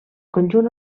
conjunt